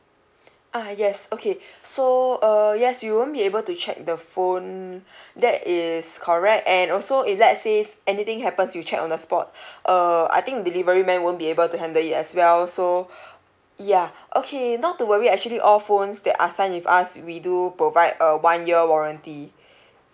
ah yes okay so uh yes you won't be able to check the phone that is correct and also if let's says anything happens you check on the spot uh I think delivery man won't be able to handle it as well so ya okay not to worry actually all phones that are signed with us we do provide a one year warranty